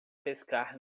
pescar